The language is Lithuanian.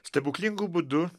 stebuklingu būdu